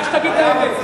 רק שתגיד את האמת.